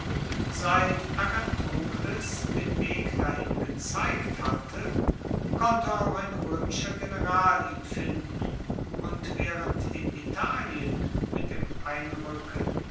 seit agathokles den weg dahin gezeigt hatte konnte auch ein roemischer general ihn finden und waehrend in italien mit dem einruecken